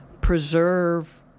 preserve